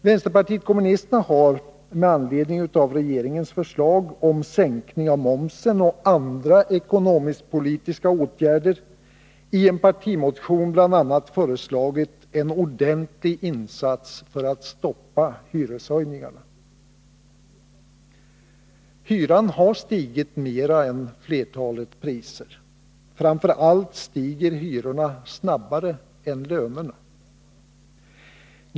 Vänsterpartiet kommunisterna har med anledning av regeringens förslag om sänkning av momsen och andra ekonomisk-politiska åtgärder i en partimotion bl.a. föreslagit en ordentlig insats för att stoppa hyreshöjningarna. Hyran har stigit mer än flertalet priser; framför allt har hyrorna stigit snabbare än lönerna.